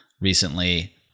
recently